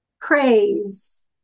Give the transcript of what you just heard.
praise